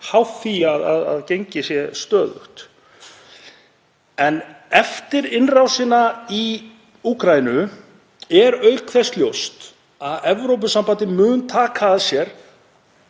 háð því að gengið sé stöðugt. Eftir innrásina í Úkraínu er auk þess ljóst að Evrópusambandið mun taka að sér